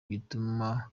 gituma